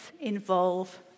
involve